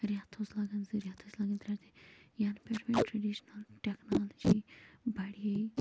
رٮ۪تھ اوس لَگان زٕ رٮ۪تھ ٲسۍ لَگان ترٛےٚ رٮ۪تھ یَنہٕ پٮ۪ٹھ وۅنۍ ٹرٛیڈِشنَل ٹٮ۪کنالجی بَڈییہِ